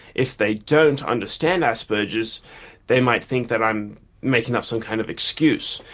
if they don't understand asperger's they might think that i'm making up some kind of excuse.